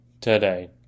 today